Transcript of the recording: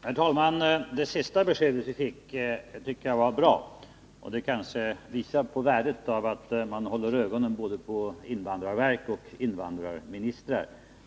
Herr talman! Det sista beskedet som vi fick tycker jag var bra. Det visar på värdet av att hålla ögonen på både invandrarverket och invandrarministern.